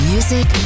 Music